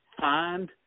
find